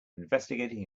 investigating